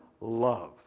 love